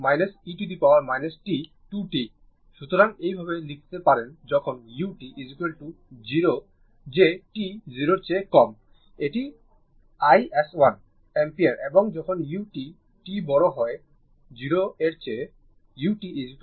সুতরাং এই ভাবে লিখতে পারেন যখন u 0 যে t 0 এর কম এটি iS1 অ্যাম্পিয়ার এবং যখন u t বড় হয় 0 এর চেয়ে u 1 হয়ে উঠে